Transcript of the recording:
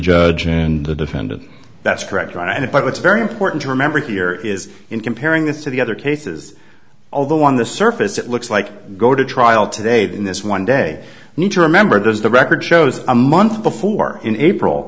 judge in the defendant that's correct right but it's very important to remember here is in comparing this to the other cases although on the surface it looks like go to trial today than this one day need to remember those the record shows a month before in april